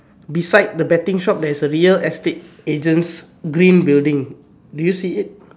beside the betting shop there is a real estate agents green building did you see it